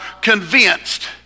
convinced